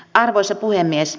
arvoisa puhemies